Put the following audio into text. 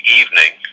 evening